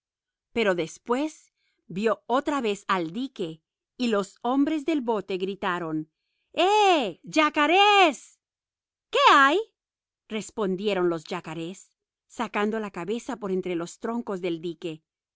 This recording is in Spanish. pero después volvió otra vez al dique y los hombres del bote gritaron eh yacarés qué hay respondieron los yacarés sacando la cabeza por entre los troncos del dique